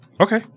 Okay